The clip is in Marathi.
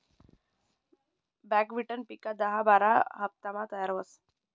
बकव्हिटनं पिक दहा बारा हाफतामा तयार व्हस